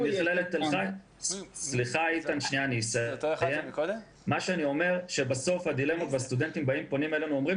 אני אומר שבסוף הדילמות והסטודנטים פונים אלינו ואומרים